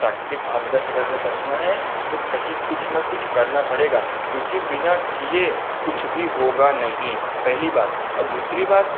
प्राकृतिक आपदा से अगर हमें बचना है तो कहीं कुछ ना कुछ करना पड़ेगा क्योंकि बिना किए कुछ भी होगा नहीं पहली बात और दूसरी बात